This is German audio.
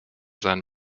sein